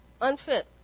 unfit